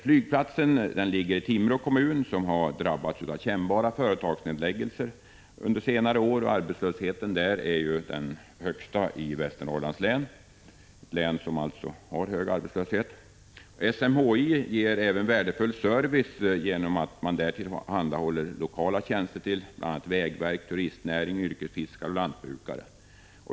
Flygplatsen ligger i Timrå kommun, som har drabbats av kännbara företagsnedläggelser under senare år. Arbetslösheten där är den högsta i Västernorrlands län — ett län som alltså har hög arbetslöshet. SMHI ger även värdefull service genom att man där tillhandahåller lokala tjänster till bl.a. vägverket, turistnäringen, yrkesfiskare och lantbrukare.